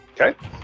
Okay